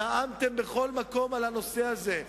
נאמתם בכל מקום על הנושא הזה,